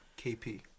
KP